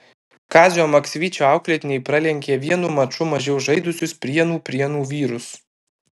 kazio maksvyčio auklėtiniai pralenkė vienu maču mažiau žaidusius prienų prienų vyrus